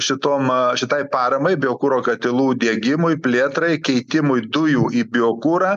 šitom šitai paramai biokuro katilų diegimui plėtrai keitimui dujų į biokurą